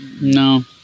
No